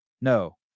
no